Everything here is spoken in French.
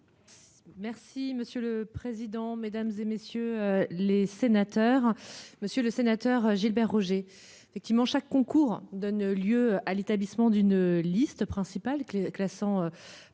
Merci monsieur le président, Mesdames, et messieurs les sénateurs, monsieur le sénateur Gilbert Roger effectivement chaque concours donne lieu à l'établissement d'une liste principale que